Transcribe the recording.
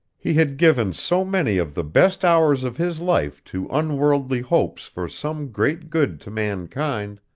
he had given so many of the best hours of his life to unworldly hopes for some great good to mankind,